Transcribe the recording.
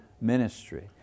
ministry